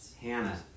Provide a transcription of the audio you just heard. Hannah